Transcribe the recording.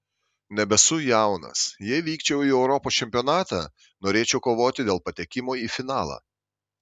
nebesu jaunas jei vykčiau į europos čempionatą norėčiau kovoti dėl patekimo į finalą